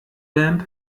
vamp